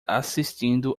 assistindo